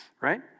right